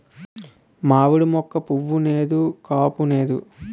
మావిడి మోక్క పుయ్ నేదు కాపూనేదు